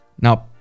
Now